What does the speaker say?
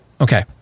Okay